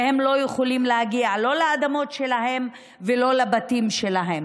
והם לא יכולים להגיע לא לאדמות שלהם ולא לבתים שלהם.